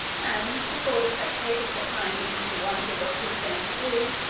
and, before the spectators had time even to wonder what he was going to do,